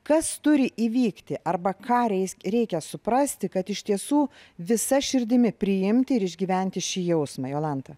kas turi įvykti arba ką reikia suprasti kad iš tiesų visa širdimi priimti ir išgyventi šį jausmą jolanta